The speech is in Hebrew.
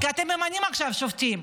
כי אתם ממנים עכשיו שופטים,